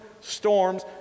storms